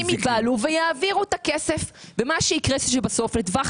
אנשים ייבהלו ויעבירו את הכסף ומה שיקרה בסוף לטווח